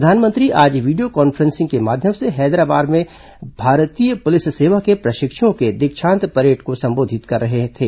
प्रधानमंत्री आज video conferencing के माध्यम से हैदराबाद में भारतीय पुलिस सेवा के प्रशिक्षुओं के दीक्षांत परेड को संबोधित कर रहे थे